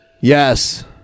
Yes